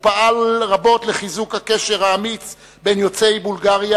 ופעל רבות לחיזוק הקשר האמיץ בין יוצאי בולגריה